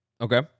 Okay